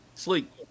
Sleep